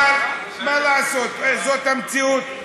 אבל מה לעשות, זאת המציאות.